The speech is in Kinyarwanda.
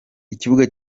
ikibuga